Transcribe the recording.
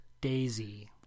Daisy